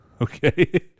Okay